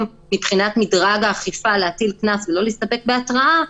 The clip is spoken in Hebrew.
מבחינת מדרג האכיפה להטיל קנס ולא להסתפק בהתראה,